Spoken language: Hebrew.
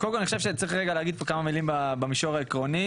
אני חושב שצריך לומר כמה מילים במישור העקרוני.